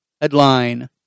headline